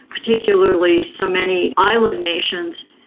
particularly so many island nations,